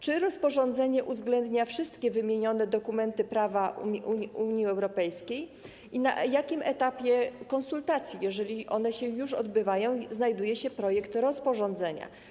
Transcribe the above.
Czy rozporządzenie uwzględnia wszystkie wymienione dokumenty prawa Unii Europejskiej i na jakim etapie konsultacji, jeżeli one się już odbywają, znajduje się projekt rozporządzenia?